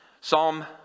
Psalm